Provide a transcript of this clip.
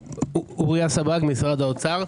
אוריה סבג מהחשב הכללי, משרד האוצר.